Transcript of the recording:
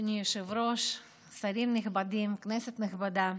אדוני היושב-ראש, שרים נכבדים, כנסת נכבדה,